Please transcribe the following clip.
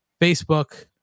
Facebook